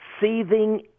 seething